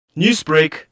Newsbreak